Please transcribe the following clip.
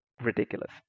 ridiculous